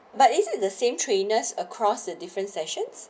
but is it the same trainers across the different sessions